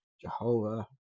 Jehovah